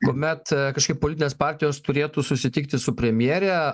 kuomet kažkaip politinės partijos turėtų susitikti su premjere